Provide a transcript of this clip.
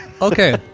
Okay